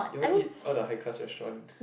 you all eat all the high class restaurant